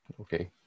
Okay